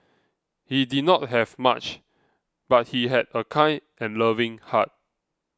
he did not have much but he had a kind and loving heart